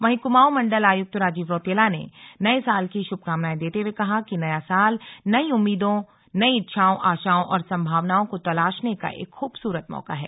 वहीं कुमाऊं मंडल आयुक्त राजीव रौतेला ने नये साल की शुभकामनाएं देते हुए कहा कि नया साल नई उम्मीदों इच्छाओं आशाओं और सम्भावनाओं को तलाशने का एक खुबसूरत मौका है